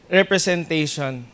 representation